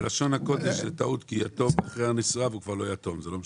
בלשון הקודש זאת טעות כי יתום אחרי נישואיו אבל זה לא משנה.